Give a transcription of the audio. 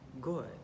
good